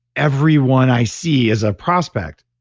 everyone i see is a prospect.